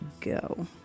go